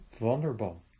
vulnerable